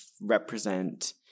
represent